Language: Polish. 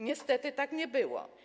Niestety tak nie było.